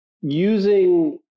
using